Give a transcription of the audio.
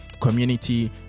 community